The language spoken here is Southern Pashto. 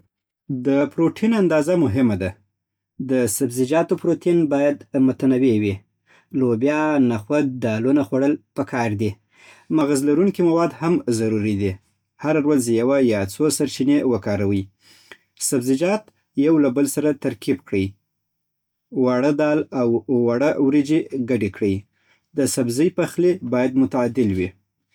د پروټین اندازه مهمه ده. د سبزيجاتو پروټین باید متنوع وي. لوبیا، نخود، دالونه خوړل پکار دي. مغز لرونکي مواد هم ضروري دي. هره ورځ یوه یا څو سرچینې وکاروئ. سبزيجات یو له بل سره ترکیب کړئ. وړه دال او وړه وريجي ګډې کړئ. د سبزي پخلی باید معتدل وي